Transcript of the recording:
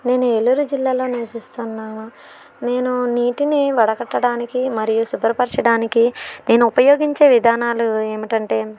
నేను ఏల్లూరు జిల్లాలో నివసిస్తున్నాను నేను నీటిని వదలకడానికి మరియు శుభ్రపరచడానికి నేను ఉపయోగించే విధానాలు ఏమిటంటే